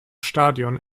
stadion